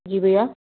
जी भईया